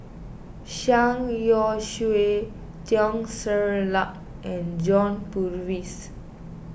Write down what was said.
Zhang Youshuo Teo Ser Luck and John Purvis